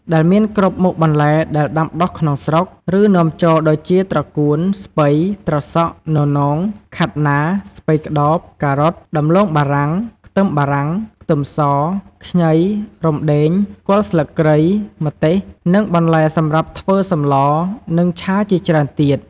ដែលមានគ្រប់មុខបន្លែដែលដាំដុះក្នុងស្រុក ឬនាំចូល ដូចជា ត្រកួន ស្ពៃ ត្រសក់ ននោង ខាត់ណា ស្ពៃក្តោប ការ៉ុត ដំឡូងបារាំង ខ្ទឹមបារាំង ខ្ទឹមស ខ្ញី រំដេង គល់ស្លឹកគ្រៃ ម្ទេស និងបន្លែសម្រាប់ធ្វើសម្លរ និងឆាជាច្រើនទៀត។